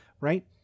Right